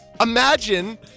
Imagine